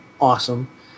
awesome